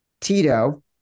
Tito